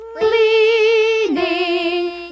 leaning